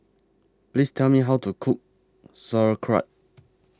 Please Tell Me How to Cook Sauerkraut